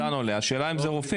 50%. השאלה אם זה רופאים?